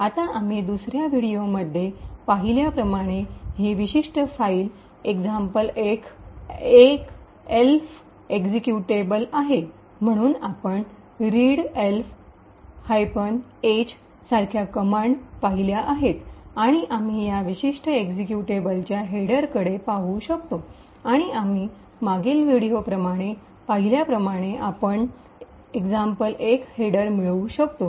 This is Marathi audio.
आता आम्ही दुसर्या व्हिडिओमध्ये पाहिल्याप्रमाणे ही विशिष्ट फाईल example1 एक एल्फ एक्जीक्युटेबल आहे म्हणून आपण रीडएल्फ -एच सारख्या कमांड पाहिल्या आहेत आणि आम्ही या विशिष्ट एक्झिक्युटेबलच्या हेडरकडे पाहू शकतो आणि आम्ही मागील व्हिडिओमध्ये पाहिल्याप्रमाणे आपण example1 हेडर मिळवू शकतो